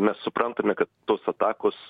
mes suprantame kad tos atakos